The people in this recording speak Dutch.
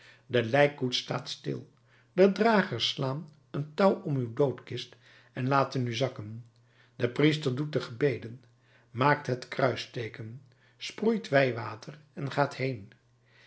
de lijkkoets staat stil de dragers slaan een touw om uw doodkist en laten u zakken de priester doet de gebeden maakt het kruisteeken sproeit wijwater en gaat heen